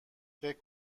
فکر